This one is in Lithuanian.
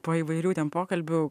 po įvairių ten pokalbių